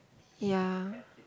ya